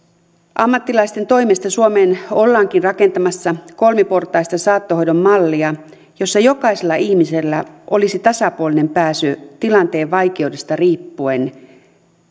ammattilaisten toimesta suomeen ollaankin rakentamassa kolmiportaista saattohoidon mallia jossa jokaisella ihmisellä olisi tasapuolinen pääsy tilanteen vaikeudesta riippuen